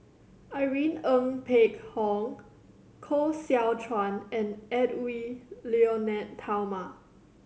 Irene Ng Phek Hoong Koh Seow Chuan and Edwy Lyonet Talma